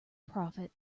profit